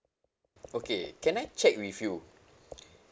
okay can I check with you